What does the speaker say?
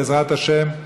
בעזרת השם,